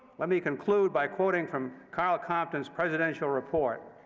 let me conclude by quoting from karl compton's presidential report.